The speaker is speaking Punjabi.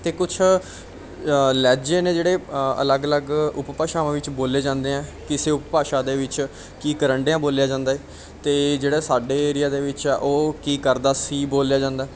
ਅਤੇ ਕੁਛ ਲਹਿਜੇ ਨੇ ਜਿਹੜੇ ਅਲੱਗ ਅਲੱਗ ਉਪ ਭਾਸ਼ਾਵਾਂ ਵਿੱਚ ਬੋਲੇ ਜਾਂਦੇ ਆ ਕਿਸੇ ਉਪਭਾਸ਼ਾ ਦੇ ਵਿੱਚ ਕੀ ਕਰਨ ਡਿਆਂ ਬੋਲਿਆ ਜਾਂਦਾ ਏ ਅਤੇ ਜਿਹੜਾ ਸਾਡੇ ਏਰੀਆ ਦੇ ਵਿੱਚ ਆ ਉਹ ਕੀ ਕਰਦਾ ਸੀ ਬੋਲਿਆ ਜਾਂਦਾ